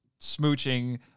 smooching